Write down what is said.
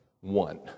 one